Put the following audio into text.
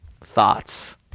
Thoughts